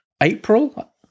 April